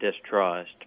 distrust